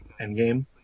endgame